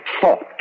thought